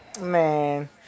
man